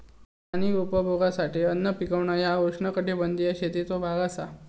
स्थानिक उपभोगासाठी अन्न पिकवणा ह्या उष्णकटिबंधीय शेतीचो भाग असा